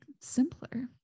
simpler